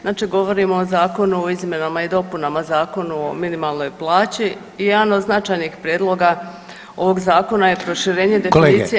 Znači govorimo o Zakonu o izmjenama i dopunama Zakona o minimalnoj plaći i jedan od značajnih prijedloga ovog zakona je proširenje definicije